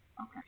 Okay